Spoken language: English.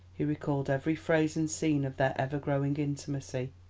he recalled every phase and scene of their ever-growing intimacy,